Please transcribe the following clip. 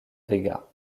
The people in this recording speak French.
vega